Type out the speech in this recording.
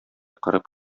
кырып